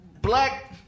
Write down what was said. black